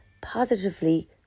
positively